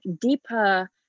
deeper